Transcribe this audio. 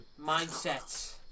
Mindsets